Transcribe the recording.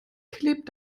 klebt